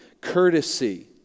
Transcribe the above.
courtesy